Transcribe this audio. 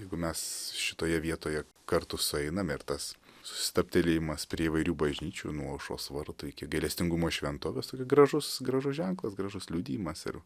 jeigu mes šitoje vietoje kartu sueiname ir tas stabtelėjimas prie įvairių bažnyčių nuo aušros vartų iki gailestingumo šventovės toks gražus gražus ženklas gražus liudijimas ir